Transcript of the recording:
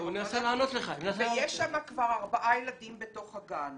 יש כבר ארבעה ילדים בתוך הגן.